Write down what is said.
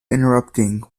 interrupting